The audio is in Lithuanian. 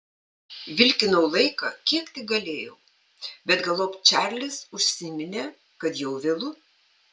vilkinau laiką kiek tik galėjau bet galop čarlis užsiminė kad jau vėlu